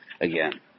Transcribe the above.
again